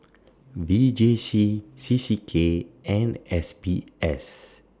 V J C C C K and S B S